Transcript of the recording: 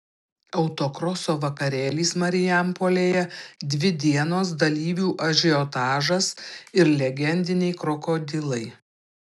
autokroso vakarėlis marijampolėje dvi dienos dalyvių ažiotažas ir legendiniai krokodilai